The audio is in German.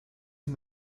sie